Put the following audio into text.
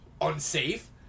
unsafe